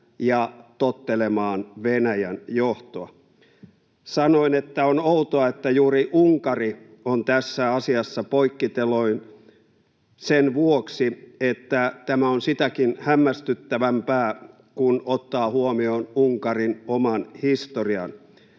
ja tottelemaan Venäjän johtoa. Sanoin, että on outoa, että juuri Unkari on tässä asiassa poikkiteloin, sen vuoksi, että tämä on sitäkin hämmästyttävämpää, kun ottaa huomioon Unkarin oman historian.